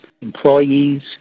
employees